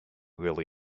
really